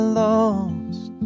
lost